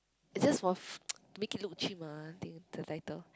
it's just for f~ make it look chim ah I think the title